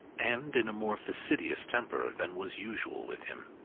and in a more facetious temper than was usual with him.